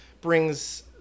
brings